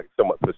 somewhat